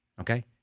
okay